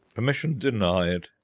permission denied,